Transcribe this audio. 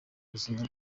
buzima